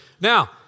Now